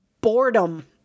boredom